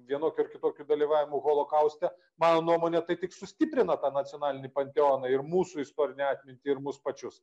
vienokiu ar kitokiu dalyvavimu holokauste mano nuomone tai tik sustiprina tą nacionalinį panteoną ir mūsų istorinę atmintį ir mus pačius